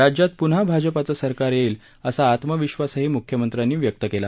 राज्यात प्न्हा भाजपाचं सरकार येईल असा आत्मविश्वासही म्ख्यमंत्र्यांनी व्यक्त केला